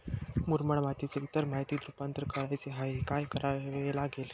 मुरमाड मातीचे इतर मातीत रुपांतर करायचे आहे, काय करावे लागेल?